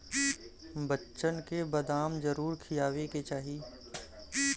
बच्चन के बदाम जरूर खियावे के चाही